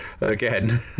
Again